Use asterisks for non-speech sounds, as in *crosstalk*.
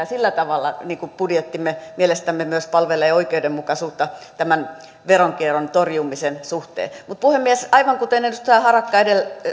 *unintelligible* sillä tavalla budjettimme mielestämme myös palvelee oikeudenmukaisuutta tämän veronkierron torjumisen suhteen mutta puhemies aivan kuten edustaja harakka